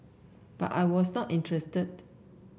but I was not interested